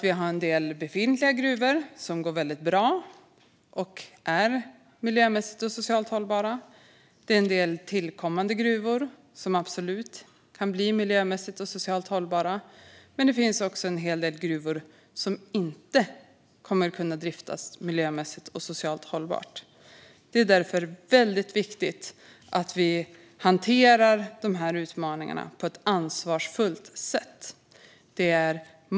Vi har en del befintliga gruvor som går väldigt bra och som är miljömässigt och socialt hållbara. En del tillkommande gruvor kan absolut bli miljömässigt och socialt hållbara. Men det finns också en hel del gruvor som inte kommer att kunna driftas miljömässigt och socialt hållbart. Det är därför väldigt viktigt att vi hanterar dessa utmaningar på ett ansvarsfullt sätt.